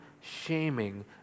shaming